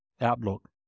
outlook